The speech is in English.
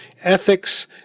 ethics